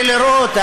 ולראות.